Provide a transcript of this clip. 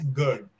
good